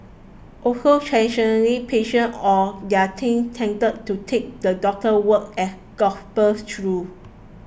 also traditionally patients or their kin tended to take the doctor's word as gospel truth